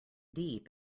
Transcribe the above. deep